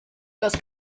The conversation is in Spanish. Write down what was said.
los